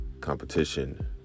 competition